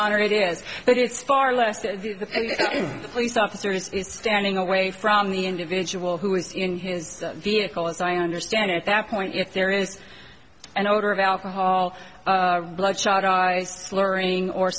honor it is but it's far less than the police officers standing away from the individual who is in his vehicle as i understand at that point if there is an odor of alcohol bloodshot eyes slurring or